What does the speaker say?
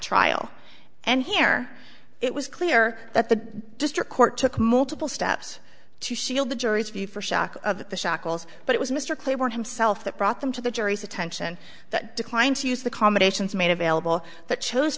trial and here it was clear that the district court took multiple steps to shield the jury's view for shock of the shackles but it was mr claiborne himself that brought them to the jury's attention that declined to use the combinations made available that chose